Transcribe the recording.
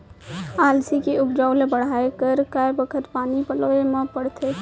अलसी के उपज ला बढ़ए बर कय बखत पानी पलोय ल पड़थे?